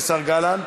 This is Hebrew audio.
השר גלנט?